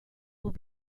will